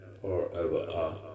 forever